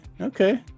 Okay